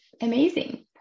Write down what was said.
amazing